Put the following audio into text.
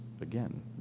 again